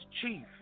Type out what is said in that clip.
Chief